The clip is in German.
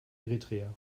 eritrea